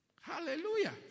hallelujah